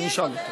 קבוצת סיעת